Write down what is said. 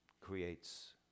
creates